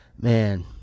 man